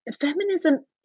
feminism